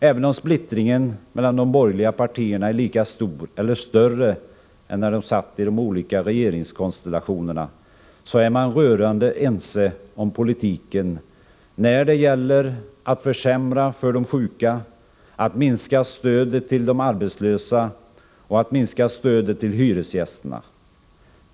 Även om splittringen mellan de borgerliga partierna är lika stor som eller större än när de satt i de olika regeringskonstellationerna, är de rörande ense om politiken när det gäller att försämra för de sjuka och att minska stödet till de arbetslösa och till hyresgästerna.